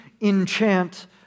enchant